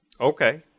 Okay